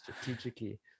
Strategically